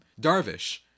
Darvish